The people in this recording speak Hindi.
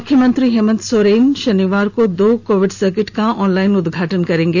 मुख्यमंत्री हेमंत सोरेन आज दो कोविड सर्किट का ऑनलाइन उदघाटन करेंगे